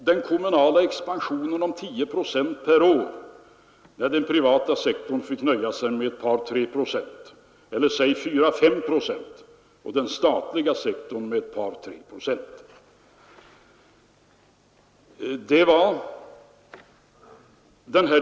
Den kommunala expansionen var omkring 10 procent per år, medan den privata sektorn fick nöja sig med 4—5 procent och den statliga sektorn med 2—3 procent.